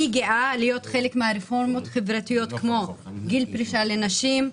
אני גאה להיות חלק מרפורמות חברתיות כמו גיל פרישה לנשים,